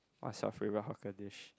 what's your favourite hawker dish